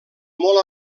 molt